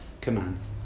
commands